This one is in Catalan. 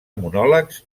monòlegs